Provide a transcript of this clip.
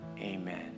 Amen